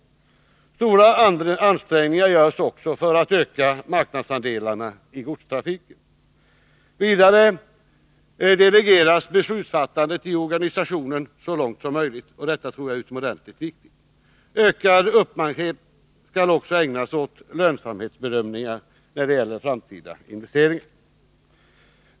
Stora ansträngningar görs också för att öka marknadsandelarna i godstrafiken. Vidare delegeras beslutsfattandet i organisationen så långt som möjligt, och detta tror jag är utomordentligt viktigt. Ökad uppmärksamhet skall också ägnas åt lönsamhetsbedömningar när det gäller framtida investeringar.